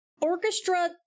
orchestra